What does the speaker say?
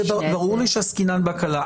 ברור שעסקינן בהקלה,